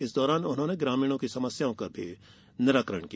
इस दौरान उन्होंने ग्रामीणों की समस्याओं का निराकरण किया